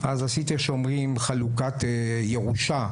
אז עשיתי, כמו שאומרים, חלוקת ירושה.